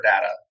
data